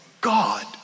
God